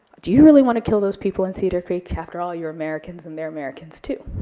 do you really want to kill those people in cedar creek, after all, you're americans and they're americans, too.